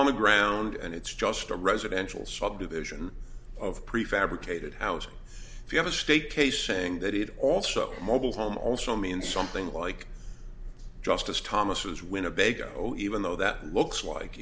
on the ground and it's just a residential subdivision of prefabricated house if you have a state case saying that it also mobile home also means something like justice thomas was winnebago even though that looks like